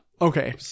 Okay